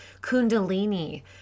Kundalini